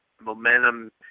momentum